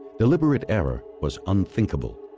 deliberate error was unthinkable,